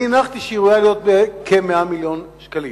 אני הנחתי שהיא עשויה להיות כ-100 מיליון שקלים,